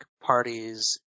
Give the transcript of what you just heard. parties